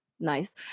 Nice